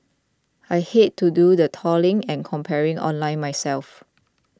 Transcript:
I hate to do the trawling and comparing online myself